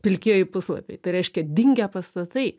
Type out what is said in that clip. pilkieji puslapiai tai reiškia dingę pastatai